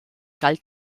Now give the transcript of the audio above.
galt